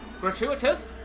Gratuitous